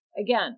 Again